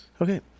Okay